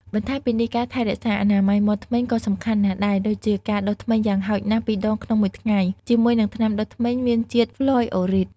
បន្ថែមពីនេះ ការថែរក្សាអនាម័យមាត់ធ្មេញក៏សំខាន់ណាស់ដែរ ដូចជាការដុសធ្មេញយ៉ាងហោចណាស់ពីរដងក្នុងមួយថ្ងៃជាមួយនឹងថ្នាំដុសធ្មេញមានជាតិហ្វ្លុយអូរីត។